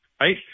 right